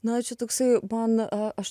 na čia toksai man aš